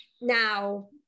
now